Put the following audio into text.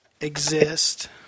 exist